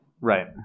Right